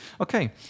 Okay